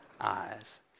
eyes